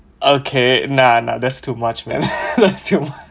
okay nah nah that's too much man that's too much